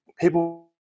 people